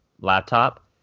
laptop